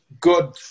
good